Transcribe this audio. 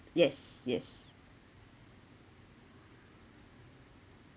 yes yes